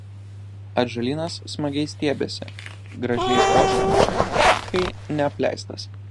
atžalynas smagiai stiebiasi gražiai ošia kai neapleistas